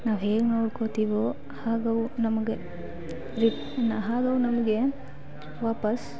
ನಾವು ಹೇಗೆ ನೋಡ್ಕೊತೀವೊ ಹಾಗೆ ಅವು ನಮಗೆ ಹಾಗೆ ಅವು ನಮಗೆ ವಾಪಸ್ಸು